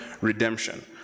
redemption